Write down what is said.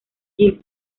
jill